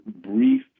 brief